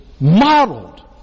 modeled